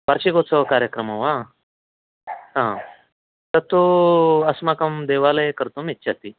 वार्षिकोत्सवकार्यक्रमो वा तद् तु अस्माकं देवालये कर्तुम् इच्छति